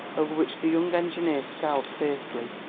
over which the young engineer scowled fiercely.